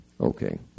Okay